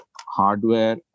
hardware